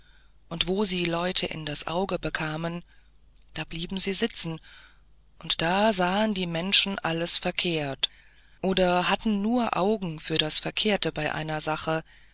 und wo sie leute in das auge bekamen da blieben sie sitzen und da sahen die menschen alles verkehrt oder hatten nur augen für das verkehrte bei einer sache